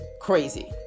crazy